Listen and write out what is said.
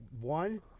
one